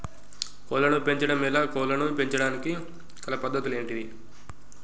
కోళ్లను పెంచడం ఎలా, కోళ్లను పెంచడానికి గల పద్ధతులు ఏంటివి?